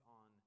on